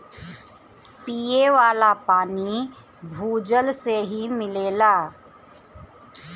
पिये वाला पानी भूजल से ही मिलेला